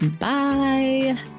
Bye